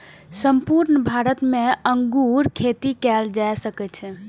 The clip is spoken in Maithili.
संपूर्ण भारत मे अंगूर खेती कैल जा सकै छै